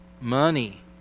Money